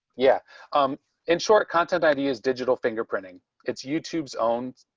yeah, i'm in short content ideas digital fingerprinting it's youtube's own